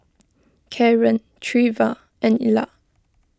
Karen Treva and Illa